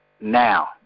now